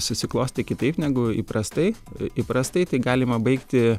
susiklostė kitaip negu įprastai įprastai tai galima baigti